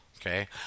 okay